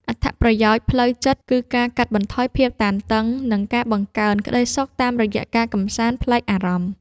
អត្ថប្រយោជន៍ផ្លូវចិត្តគឺការកាត់បន្ថយភាពតានតឹង និងការបង្កើនក្តីសុខតាមរយៈការកម្សាន្តប្លែកអារម្មណ៍។